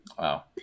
wow